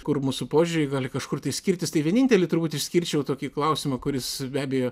kur mūsų požiūriai gali kažkur tai skirtis tai vienintelį turbūt išskirčiau tokį klausimą kuris be abejo